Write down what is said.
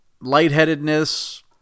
Lightheadedness